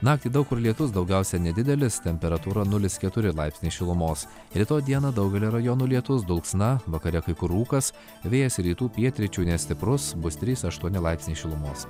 naktį daug kur lietus daugiausiai nedidelis temperatūra nulis keturi laipsniai šilumos rytoj dieną daugelyje rajonų lietus dulksna vakare kai kur rūkas vėjas rytų pietryčių nestiprus bustrys aštuoni laipsniai šilumos